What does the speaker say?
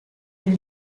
del